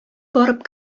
барып